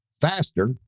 faster